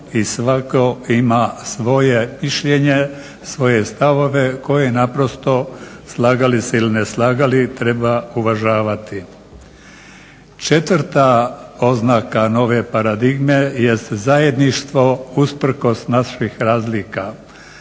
i svako ima svoje mišljenje, svoje stavove koje naprosto, slagali se ili ne slagali, treba uvažavati. Četvrta oznaka nove paradigme jest zajedništvo usprkos naših razlika.